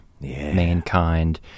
mankind